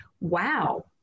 wow